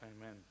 Amen